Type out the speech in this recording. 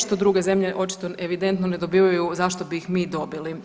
Što druge zemlje očito evidentno ne dobivaju, zašto bi ih mi dobili?